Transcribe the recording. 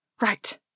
Right